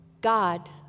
God